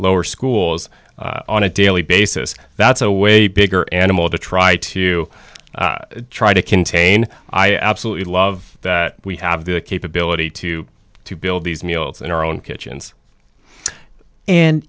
lower schools on a daily basis that's a way bigger animal to try to try to contain i absolutely love that we have the capability to to build these meals in our own kitchens and